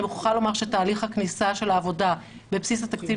אני מוכרחה לומר שבתהליך הכניסה של העבודה לבסיס התקציב